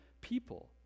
people